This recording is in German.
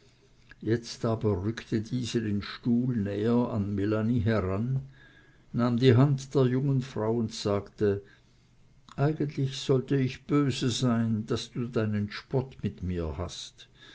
jetzt aber rückte diese den stuhl näher an melanie heran nahm die hand der jungen frau und sagte eigentlich sollt ich böse sein daß du deinen spott mit mir hast